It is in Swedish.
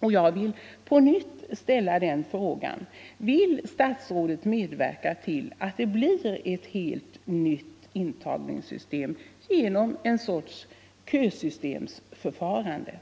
nu. Jag ställer därför — sjuksköterskor ånyo frågan: Vill statsrådet medverka till att det blir ett nytt intagningssystem genom en sorts kösystemsförfarande?